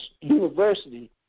university